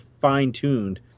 fine-tuned